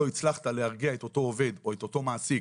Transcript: לא הצלחת להרגיע את אותו עובד או את אותו מעסיק